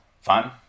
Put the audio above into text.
fun